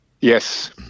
yes